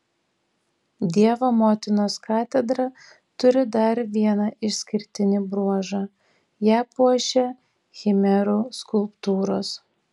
dievo motinos katedra turi dar vieną išskirtinį bruožą ją puošia chimerų skulptūros